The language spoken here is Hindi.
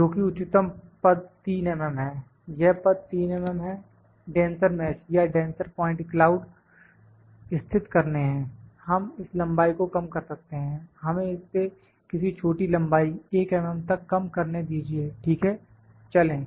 जोकि उच्चतम पद 3 mm है यह पद 3 mm है डेंसर मैश या डेंसर प्वाइंट क्लाउड स्थित करने हैं हम इस लंबाई को कम कर सकते हैं हमें इसे किसी छोटी लंबाई 1 mm तक कम करने दीजिए ठीक है चलें